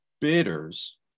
bidders